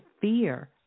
fear